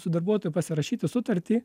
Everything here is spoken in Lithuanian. su darbuotoju pasirašyti sutartį